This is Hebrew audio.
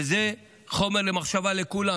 וזה חומר למחשבה לכולם.